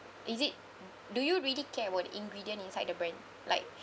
is it do you really care about the ingredient inside the brand like